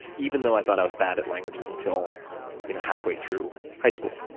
even though i thought i was bad at languages until you know halfway through high school.